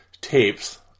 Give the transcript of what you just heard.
tapes